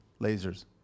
Lasers